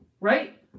Right